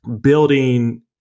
building